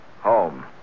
Home